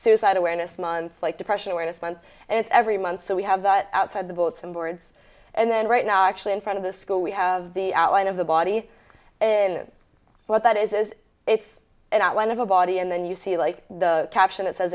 suicide awareness month like depression awareness month and it's every month so we have that outside the boats and boards and then right now actually in front of the school we have the outline of the body in what that is is it's an outline of a body and then you see like the caption it says